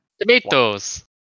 tomatoes